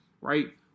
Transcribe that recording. right